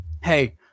Hey